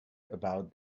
about